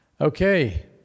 okay